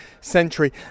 century